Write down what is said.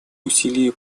усилия